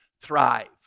thrive